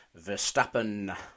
Verstappen